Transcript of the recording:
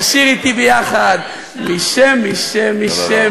לשיר אתי ביחד: "מש- מש- מש-